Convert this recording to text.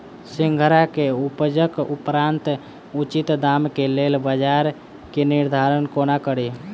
सिंघाड़ा केँ उपजक उपरांत उचित दाम केँ लेल बजार केँ निर्धारण कोना कड़ी?